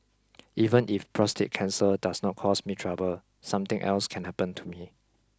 even if prostate cancer does not cause me trouble something else can happen to me